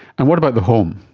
and what about the home?